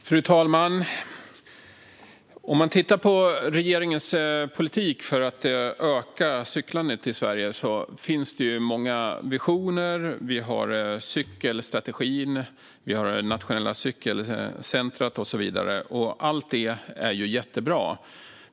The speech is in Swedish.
Fru talman! I regeringens politik för att öka cyklandet i Sverige finns det många visioner. Vi har cykelstrategin, det nationella cykelcentrumet och så vidare. Allt det är jättebra.